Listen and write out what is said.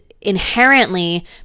inherently